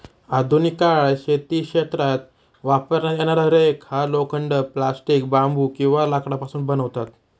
आधुनिक काळात शेती क्षेत्रात वापरण्यात येणारा रेक हा लोखंड, प्लास्टिक, बांबू किंवा लाकडापासून बनवतात